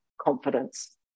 confidence